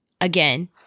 again